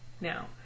Now